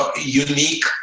unique